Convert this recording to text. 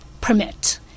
permit